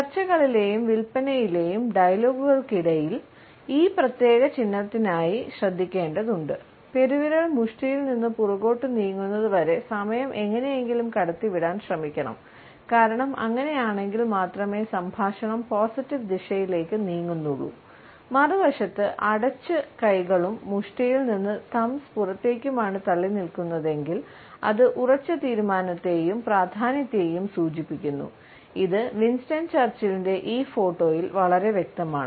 ചർച്ചകളിലെയും വിൽപ്പനയിലെയും ഡയലോഗുകൾക്കിടയിൽ വളരെ വ്യക്തമാണ്